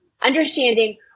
Understanding